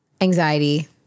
anxiety